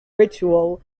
ritual